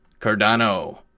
Cardano